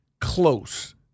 close